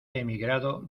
emigrado